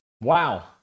wow